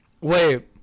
Wait